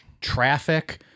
traffic